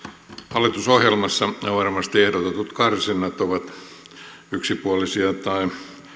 hallitusohjelmassa ehdotetut karsinnat ovat varmasti yksipuolisia tai